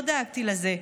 לא דאגתי לזה,